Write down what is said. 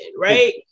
Right